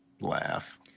laugh